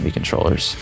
controllers